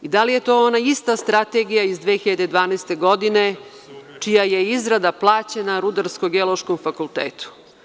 Da li je to ona ista strategija iz 2012. godine čija je izrada plaćena Rudarsko geološkom fakultetu?